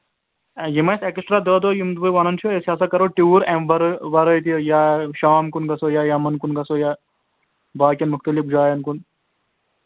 یِم اَسہِ اٮ۪کٕسٹرٛا دہ دۄہ یِم بہٕ وَنان چھِ أسۍ ہسا کَرو ٹیوٗر اَمہِ وَرٲے وَرٲے تہِ یا شام کُن گژھو یا یمن کُن گژھو یا باقیَن مُختلف جایَن کُن